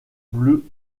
bleu